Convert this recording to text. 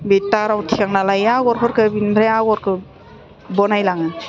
बे थाराव थिखांना लायो आगरफोरखौ बिनिफ्राय आग'रखौ बनाय लाङो